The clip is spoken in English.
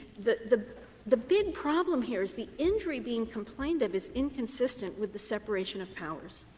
the the the big problem here is the injury being complained of is inconsistent with the separation of powers.